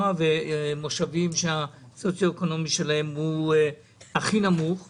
הסמוכים ליישובים שהסוציו שלהם הוא הנמוך ביותר.